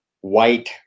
white